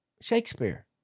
Shakespeare